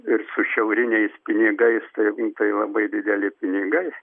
ir su šiauriniais pinigais tai tai labai dideli pinigai